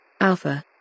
Alpha